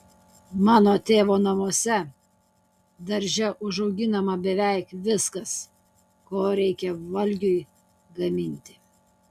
mano tėvo namuose darže užauginama beveik viskas ko reikia valgiui gaminti